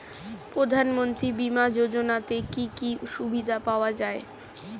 প্রধানমন্ত্রী বিমা যোজনাতে কি কি সুবিধা পাওয়া যায়?